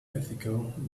ethical